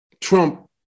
Trump